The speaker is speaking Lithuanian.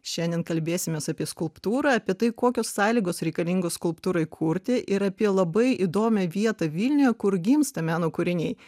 šiandien kalbėsimės apie skulptūrą apie tai kokios sąlygos reikalingos skulptūrai kurti ir apie labai įdomią vietą vilniuje kur gimsta meno kūriniai